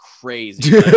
crazy